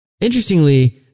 Interestingly